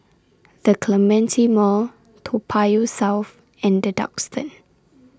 The Clementi Mall Toa Payoh South and The Duxton